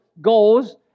goals